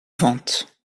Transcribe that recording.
vente